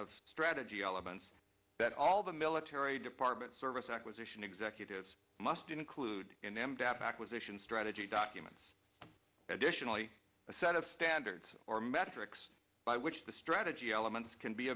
of strategy elements that all the military department service acquisition executives must include in them data acquisition strategy documents additionally a set of standards or metrics by which the strategy elements can be